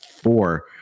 four